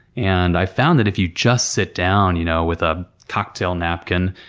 and i found that if you just sit down, you know, with a cocktail napkin,